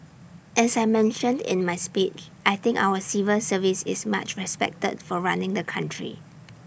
as I mentioned in my speech I think our civil service is much respected for running the country